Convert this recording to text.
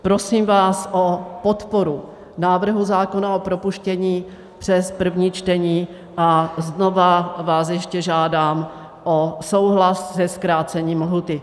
Prosím vás o podporu návrhu zákona, o propuštění přes první čtení, a znovu vás ještě žádám o souhlas se zkrácením lhůty.